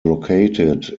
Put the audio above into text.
located